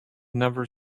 never